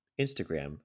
Instagram